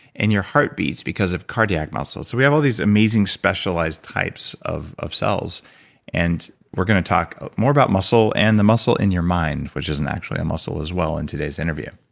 and your heart beats because of cardiac muscles. so we have all these amazing specialized types of of cells and we're going to talk more about muscle and the muscle in your mind which is actually a muscle as well in today's interview